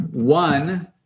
One